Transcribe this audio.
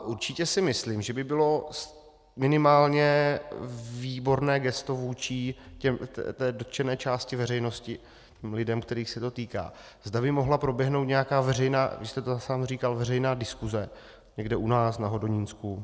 Určitě si myslím, že by bylo minimálně výborné gesto vůči dotčené části veřejnosti, lidem, kterých se to týká, zda by mohla proběhnout nějaká veřejná, vy jste to sám říkal, veřejná diskuse někde u nás na Hodonínsku.